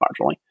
marginally